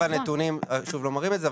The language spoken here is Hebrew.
הנתונים לא מראים את זה,